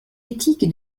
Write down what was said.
éthique